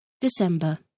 December